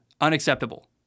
unacceptable